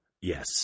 Yes